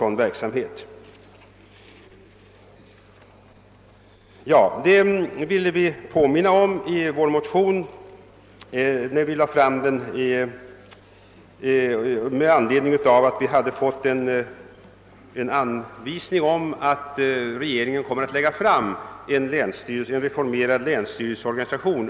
Detta ville vi påminna om när vi väckte vår motion med anledning av att vi hade fått en anvisning om att regeringen under vårens lopp skulle lägga fram förslag om en reformerad länsstyrelseorganisation.